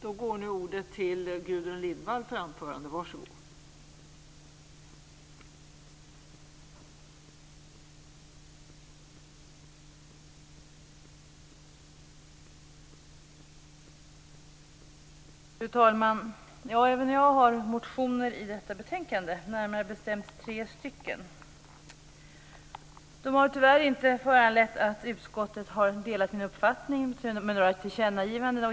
Fru talman! Även jag har motioner i detta betänkande, närmare bestämt tre motioner. De har tyvärr inte föranlett utskottet att dela min uppfattning genom tillkännagivanden.